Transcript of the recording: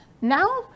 now